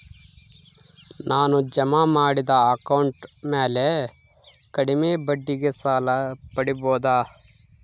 ನಾನು ಜಮಾ ಮಾಡಿದ ಅಕೌಂಟ್ ಮ್ಯಾಲೆ ಕಡಿಮೆ ಬಡ್ಡಿಗೆ ಸಾಲ ಪಡೇಬೋದಾ?